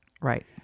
Right